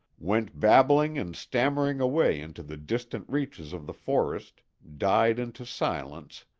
went babbling and stammering away into the distant reaches of the forest, died into silence,